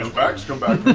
um vax come back